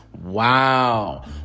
Wow